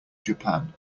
japan